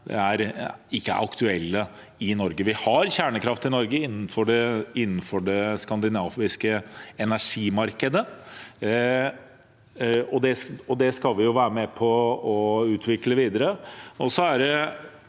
være aktuelle i Norge. Vi har kjernekraft i Norge innenfor det skandinaviske energimarkedet, og det skal vi være med på å videreutvikle.